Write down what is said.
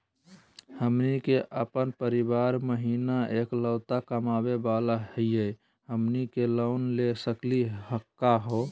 हमनी के अपन परीवार महिना एकलौता कमावे वाला हई, हमनी के लोन ले सकली का हो?